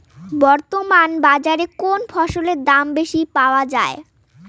বর্তমান বাজারে কোন ফসলের দাম বেশি পাওয়া য়ায়?